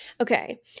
okay